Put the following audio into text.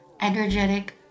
energetic